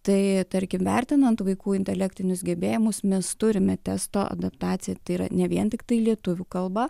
tai tarkim vertinant vaikų intelektinius gebėjimus mes turime testo adaptacija tai yra ne vien tiktai lietuvių kalba